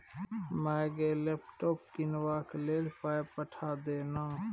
माय गे लैपटॉप कीनबाक लेल पाय पठा दे न